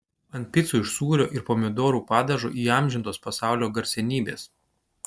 ant picų iš sūrio ir pomidorų padažo įamžintos pasaulio garsenybės